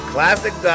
Classic